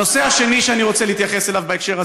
הם לא מקבלים אותם.